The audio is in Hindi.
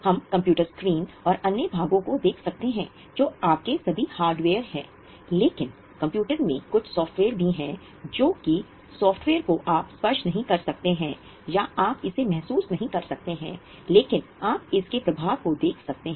हम कंप्यूटर स्क्रीन और अन्य भागों को देख सकते हैं जो आपके सभी हार्डवेयर हैं लेकिन कंप्यूटर में कुछ सॉफ्टवेयर भी हैं जो कि सॉफ्टवेयर को आप स्पर्श नहीं कर सकते हैं या आप इसे महसूस नहीं कर सकते हैं लेकिन आप इसके प्रभाव को देख सकते हैं